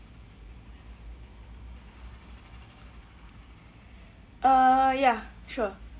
uh ya sure